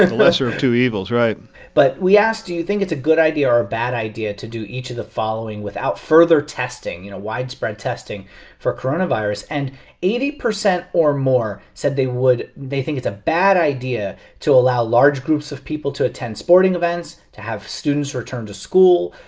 and lesser of two evils right but we asked, do you think it's a good idea or a bad idea to do each of the following without further testing, you know, widespread testing for coronavirus? and eighty percent or more said they would they think it's a bad idea to allow large groups of people to attend sporting events, to have students return to school,